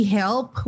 help